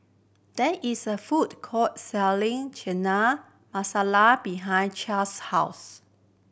there is a food court selling Chana Masala behind 's house